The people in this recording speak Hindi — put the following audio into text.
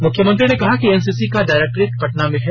मुख्यमंत्री ने कहा कि एनसीसी का डायरेक्टरेट पटना में है